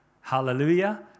hallelujah